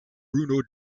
bruno